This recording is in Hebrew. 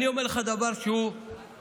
אני אומר לך דבר שהוא מתבקש.